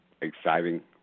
Exciting